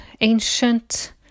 Ancient